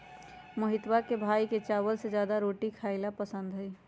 मोहितवा के भाई के चावल से ज्यादा रोटी खाई ला पसंद हई